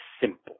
simple